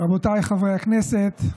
רבותיי חברי הכנסת,